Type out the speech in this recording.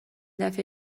دفعه